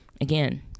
again